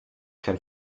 kein